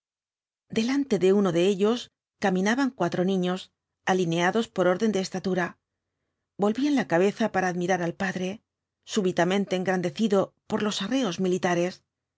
delante de uno de ellos caminaban cuatro niños alineados por orden de estatura volvían la cabeza para admirar al padre súbitamente engrandecido por los arreos militares